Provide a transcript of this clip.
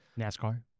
NASCAR